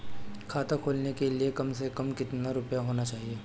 खाता खोलने के लिए कम से कम कितना रूपए होने चाहिए?